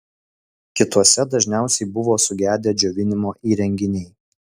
kituose dažniausiai buvo sugedę džiovinimo įrenginiai